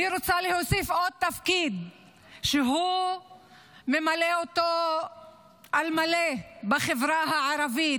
אני רוצה להוסיף עוד תפקיד שהוא ממלא על מלא בחברה הערבית: